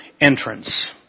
entrance